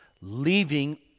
leaving